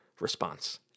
response